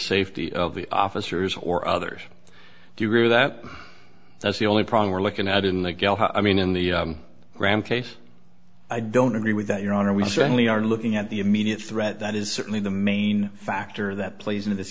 safety of the officers or others do you agree that that's the only problem we're looking at in the gal i mean in the graham case i don't agree with that your honor we certainly are looking at the immediate threat that is certainly the main factor that plays into this